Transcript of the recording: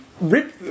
rip